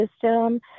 system